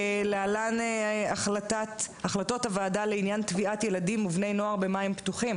להלן החלטות הוועדה לעניין טביעת ילדים ובני נוער במים פתוחים: